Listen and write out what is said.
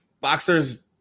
boxers